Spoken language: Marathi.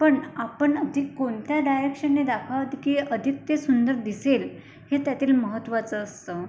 पण आपण अधिक कोणत्या डायरेक्शनने दाखवतं की अधिक ते सुंदर दिसेल हे त्यातील महत्त्वाचं असतं